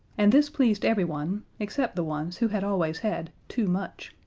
and this pleased everyone except the ones who had always had too much.